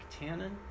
tannin